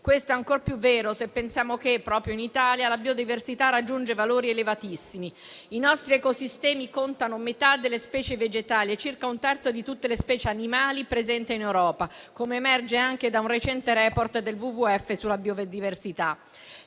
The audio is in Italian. Questo è ancor più vero se pensiamo che proprio in Italia la biodiversità raggiunge valori elevatissimi. I nostri ecosistemi contano metà delle specie vegetali e circa un terzo di tutte le specie animali presenti in Europa, come emerge anche da un recente *report* del WWF sulla biodiversità.